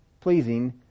pleasing